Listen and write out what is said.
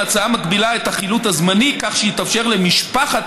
ההצעה מגבילה את החילוט הזמני כך שיתאפשר למשפחת